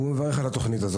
והוא מברך על התוכנית.